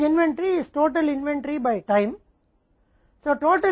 औसत इन्वेंट्री कुल इन्वेंट्री समय द्वारा होती है